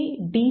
C D